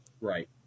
Right